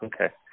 Okay